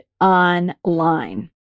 online